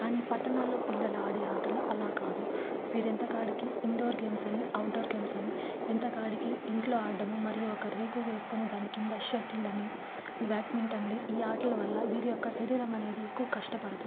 కానీ పట్టణాలలో పిల్లలాడే ఆటల అలా కాదు వీరెంత కాడికి ఇండోర్ గేమ్సని అవుట్ డోర్ గేమ్సని ఎంతకాడికి ఇంట్లో ఆడ్డము మరియు ఒక రేకు వేసుకొని దాని కింద షెటిల్ అని బ్యాట్మింటన్ అని ఈ ఆటలవల్ల వీరియొక్క శరీరమనేది ఎక్కువ కష్టపడదు